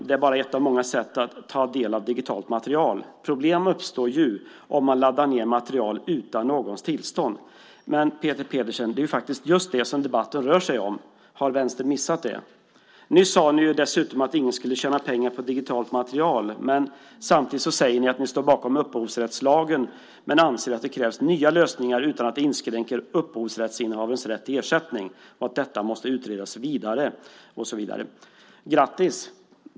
Det är bara ett av många sätt att ta del av digitalt material. Problem uppstår ju om man laddar ned material utan någons tillstånd. Men, Peter Pedersen, det är faktiskt just det som debatten rör sig om. Har Vänstern missat det? Nyss sade ni ju dessutom att ingen skulle tjäna pengar på digitalt material, men samtidigt säger ni att ni står bakom upphovsrättslagen men anser att det krävs nya lösningar utan att det inskränker upphovsrättsinnehavarens rätt till ersättning och att det måste utredas vidare. Grattis!